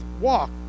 walk